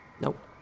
Nope